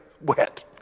wet